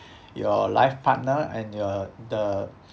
your life partner and your the